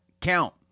count